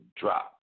drop